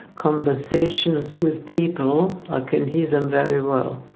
conversations with people, i can hear them very well.